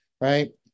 right